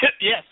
Yes